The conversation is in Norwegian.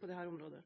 til